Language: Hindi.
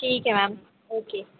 ठीक है मैंम ओके